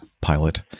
pilot